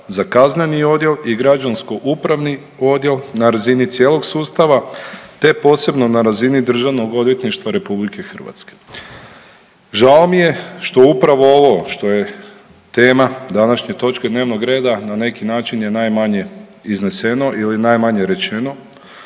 za kazneni odjel i građansko-upravni odjel na razini cijelog sustava te posebno na razini DORH-a. Žao mi je što upravo što je tema današnje točke dnevnog reda na neki način je najmanje izneseno ili najmanje rečeno,